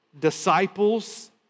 Disciples